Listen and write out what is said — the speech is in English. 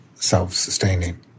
self-sustaining